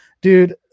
dude